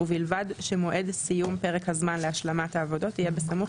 ובלבד שמועד סיום פרק הזמן להשלמת העבודות יהיה בסמוך